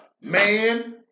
Man